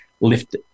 lift